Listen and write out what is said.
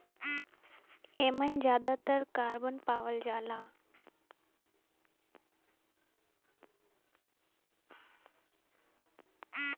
एमन जादातर कारबन पावल जाला